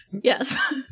yes